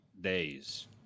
days